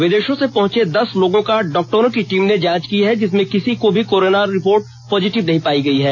विदेषों से पहंचे दस लोगों का डॉक्टरों की टीम ने जांच की है जिसमें किसी का भी रिपोर्ट पॉजिटिव नहीं पाया गया है